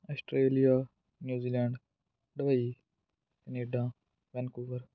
Australia New Zealand Dubai Canada Vancouver